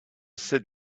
sit